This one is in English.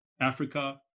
Africa